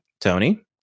Tony